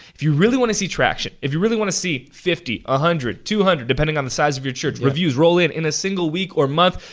if you really want to see traction, if you really want to see fifty, one ah hundred, two hundred, depending on the size of your church, reviews roll in in a single week or month,